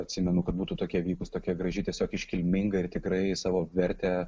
atsimenu kad būtų tokia vykus tokia graži tiesiog iškilminga ir tikrai savo vertę